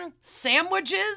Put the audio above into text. sandwiches